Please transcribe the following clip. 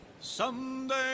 Someday